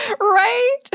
Right